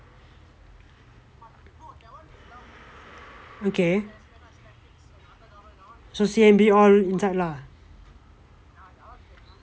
okay so C_M_B all inside lah